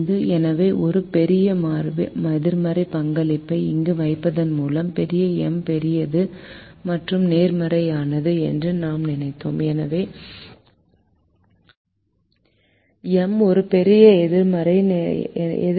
எனவே ஒரு பெரிய எதிர்மறை பங்களிப்பை இங்கு வைப்பதன் மூலம் பெரிய M பெரியது மற்றும் நேர்மறையானது என்று நாம் நினைத்தோம் எனவே M ஒரு பெரிய எதிர்மறை